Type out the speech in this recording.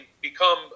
become